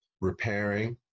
repairing